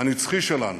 הנצחי שלנו